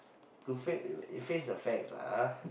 to fa~ face the facts lah